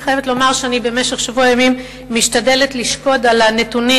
אני חייבת לומר שבמשך שבוע ימים אני משתדלת לשקוד על הנתונים,